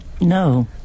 No